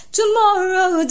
tomorrow